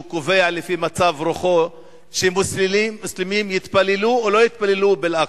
שקובע לפי מצב רוחו אם מוסלמים יתפללו או לא יתפללו באל-אקצא?